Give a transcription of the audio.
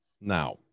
Now